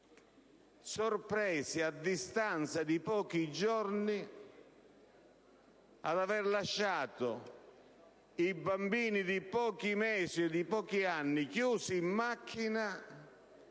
che, a distanza di pochi giorni, hanno lasciato i loro bambini, di pochi mesi e di pochi anni, chiusi in macchina